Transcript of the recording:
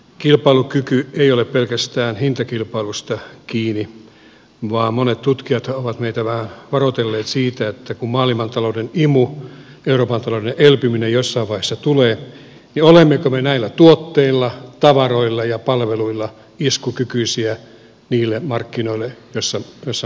kilpailukyky ei ole pelkästään hintakilpailusta kiinni vaan monet tutkijat ovat meitä vähän varoitelleet siitä että kun maailmantalouden imu euroopan talouden elpyminen jossain vaiheessa tulee niin olemmeko me näillä tuotteilla tavaroilla ja palveluilla iskukykyisiä niille markkinoille joissa markkinat vetävät